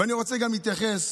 ואני רוצה גם להתייחס,